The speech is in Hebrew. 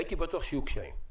הייתי בטוח שיהיו קשיים.